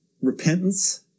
repentance